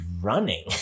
running